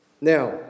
now